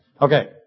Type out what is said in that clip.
Okay